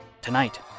Tonight